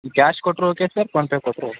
ನೀವು ಕ್ಯಾಶ್ ಕೊಟ್ಟರು okay sir PhonePe ಕೊಟ್ಟರೂ ಓಕೆ